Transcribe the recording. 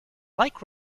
like